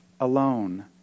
alone